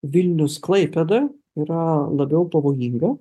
vilnius klaipėda yra labiau pavojinga